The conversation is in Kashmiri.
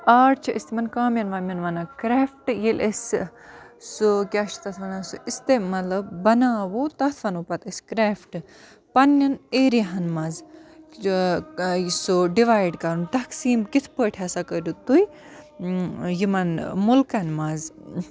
آٹ چھِ أسۍ تِمَن کامٮ۪ن وامٮ۪ن وَنان کرٛٮ۪فٹ ییٚلہِ أسۍ سُہ کیٛاہ چھِ تَتھ وَنان سُہ اِستعمال بَناوو تَتھ وَنو پَتہٕ أسۍ کرٮ۪فٹ پَننٮ۪ن ایریاہَن منٛز سُہ ڈِوایِڈ کَرُن تقسیٖم کِتھ پٲٹھۍ ہَسا کٔرِو تُہۍ یِمَن مُلکَن مَنٛز